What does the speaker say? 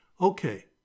Okay